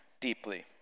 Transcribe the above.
deeply